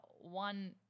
one